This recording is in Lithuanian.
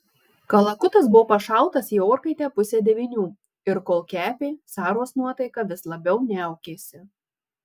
kalakutas buvo pašautas į orkaitę pusę devynių ir kol kepė saros nuotaika vis labiau niaukėsi